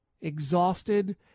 exhausted